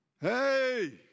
Hey